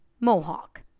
Mohawk